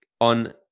on